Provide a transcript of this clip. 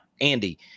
andy